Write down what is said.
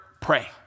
pray